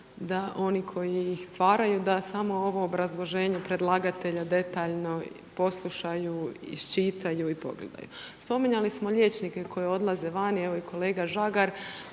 da oni koji ih stvaraju, da samo ovo obrazloženju predlagatelja detaljno poslušaju, iščitaju i pogledaju. Spominjali smo liječnike koji odlaze vani. Evo i kolega Žagar,